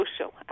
social